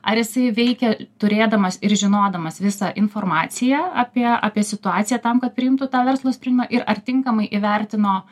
ar jisai veikė turėdamas ir žinodamas visą informaciją apie apie situaciją tam kad priimtų tą verslo sprendimą ir ar tinkamai įvertino